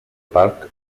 parc